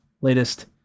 latest